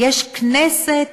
יש כנסת,